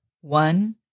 One